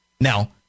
Now